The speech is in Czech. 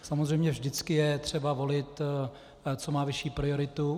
Samozřejmě vždycky je třeba volit, co má vyšší prioritu.